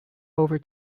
over